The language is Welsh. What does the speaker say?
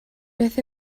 beth